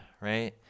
right